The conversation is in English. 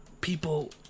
people